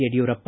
Yediyurappa